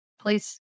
Please